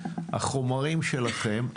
החומרים שלכם,